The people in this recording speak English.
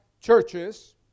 churches